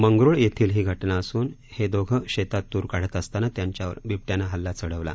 मंगरूळ येथील ही घटना असून हे दोघं शेतात तूर काढत असताना त्यांच्यावर बिबट्यानं हल्ला चढवला